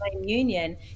union